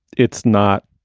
it's not,